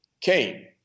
came